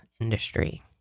industry